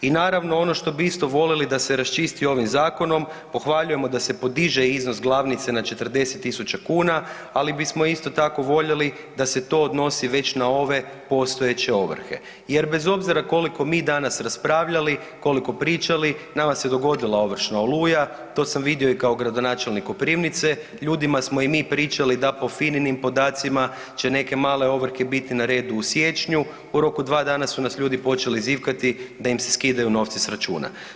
I naravno, ono što bi isto volili da se raščisti ovim zakonom, pohvaljujemo da se podiže iznos glavnice na 40 000 kn, ali bismo isto tako voljeli da se to odnosi već na ove postojeće ovrhe jer bez obzira koliko mi danas raspravljali, koliko pričali, nama se dogodila ovršna oluja, to sam vidio i kao gradonačelnik Koprivnice, ljudima smo i mi pričali da po FINA-inim podacima će neke male ovrhe biti na redu u siječnju, u roku od dva dana su nas ljudi počeli zivkati da im se skidaju novci sa računa.